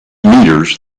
meters